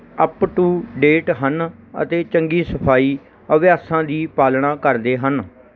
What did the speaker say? up to date ਹਨ ਅਤੇ ਚੰਗੀ ਸਫਾਈ ਅਭਿਆਸਾਂ ਦੀ ਪਾਲਣਾ ਕਰਦੇ ਹਨ